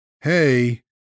hey